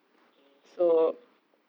mm